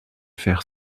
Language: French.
faire